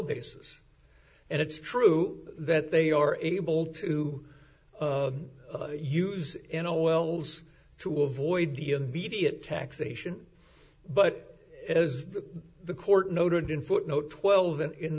basis and it's true that they are able to use in a wells to avoid the immediate taxation but as the court noted in footnote twelve and in